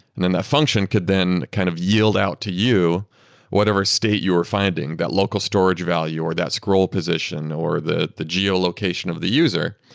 and then that function could then kind of yield out to you whatever state you were finding, that local storage value, or that scroll position, or the the geolocation of the user.